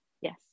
Yes